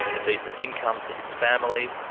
a decent income for his family.